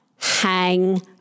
hang